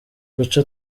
gusa